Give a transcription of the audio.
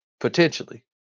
potentially